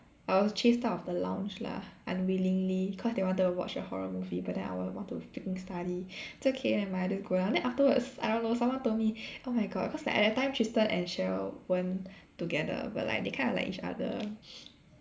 I was chased out of the lounge lah unwillingly cause they wanted to watch a horror movie but then I w~ want to freaking study it's okay nevermind I just go down then afterwards I don't know someone told me oh my god cause like at that time Tristen and Sheryl weren't together but like they kind of like each other